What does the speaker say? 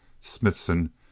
Smithson